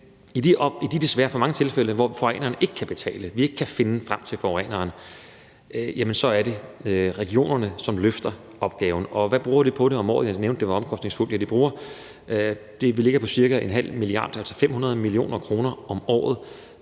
i de desværre for mange tilfælde, hvor forureneren ikke kan betale, og hvor vi ikke kan finde frem til forureneren, er det regionerne, som løfter opgaven. Og hvad bruger regionerne på det om året? Jeg nævnte, at det er omkostningsfuldt. Udgifterne ligger på cirka 0,5 mia. kr., altså 500 mio. kr., om året